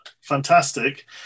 fantastic